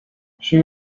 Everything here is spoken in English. she